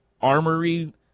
armory